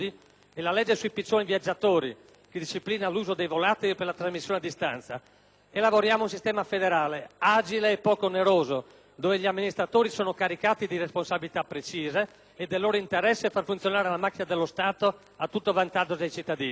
e la legge sui piccioni viaggiatori, che disciplina l'uso dei volatili per la trasmissione a distanza. E lavoriamo a un sistema federale, agile e poco oneroso, dove gli amministratori sono caricati di responsabilità precise ed è loro interesse far funzionare la macchina dello Stato, a tutto vantaggio dei cittadini.